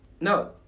No